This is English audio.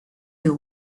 you